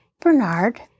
Bernard